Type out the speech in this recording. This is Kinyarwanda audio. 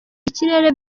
ikirere